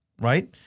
right